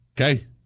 Okay